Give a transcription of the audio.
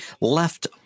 left